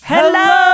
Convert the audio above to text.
Hello